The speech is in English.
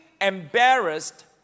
embarrassed